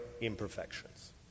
imperfections